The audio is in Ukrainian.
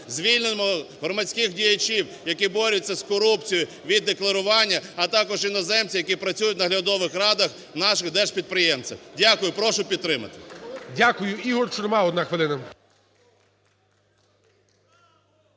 звільнимо громадських діячів, які борються з корупцією, від декларування, а також іноземців, які працюють в наглядових радах в наших держпідприємців. Дякую. Прошу підтримати. ГОЛОВУЮЧИЙ. Дякую. Ігор Шурма, одна хвилина.